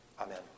Amen